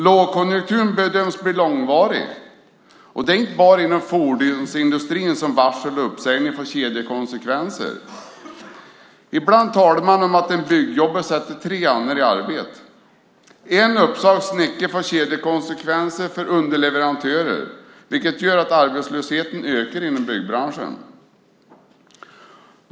Lågkonjunkturen bedöms bli långvarig. Det är inte bara inom fordonsindustrin som varsel och uppsägningar får kedjekonsekvenser. Ibland talar man om att en byggjobbare sätter tre andra i arbete. En uppsagd snickare får kedjekonsekvenser för underleverantörer, vilket gör att arbetslösheten ökar inom byggbranschen.